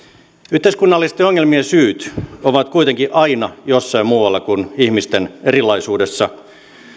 yhteiskunnallisten ongelmien syyt ovat kuitenkin aina jossain muualla kuin ihmisten erilaisuudessa